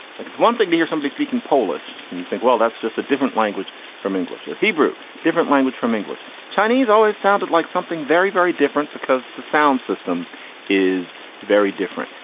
like it's one thing to hear somebody speaking polish and you think, well, that's just a different language from english or hebrew, different language from english. chinese always sounded like something very, very different because the sound system is very different.